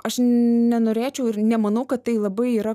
aš nenorėčiau ir nemanau kad tai labai yra